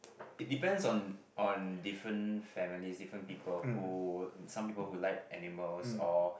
it depends on on different families different people who would some people who like animals or